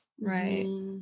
Right